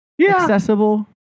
accessible